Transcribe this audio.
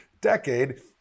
decade